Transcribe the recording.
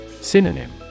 Synonym